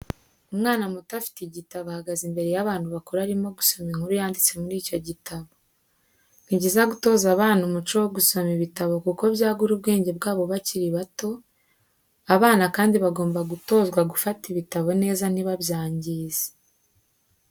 Umwana muto afite igitabo ahagaze imbere y'abantu bakuru arimo gusoma inkuru yanditse muri icyo gitabo. Ni byiza gutoza abana umuco wo gusoma ibitabo kuko byagura ubwenge bwabo bakiri bato, abana kandi bagomba gutozwa gufata ibitabo neza ntibabyangize.